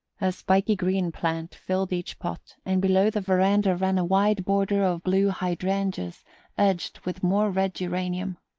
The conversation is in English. a spiky green plant filled each pot, and below the verandah ran a wide border of blue hydrangeas edged with more red geraniums.